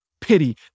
pity